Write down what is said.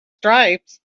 stripes